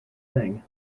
thing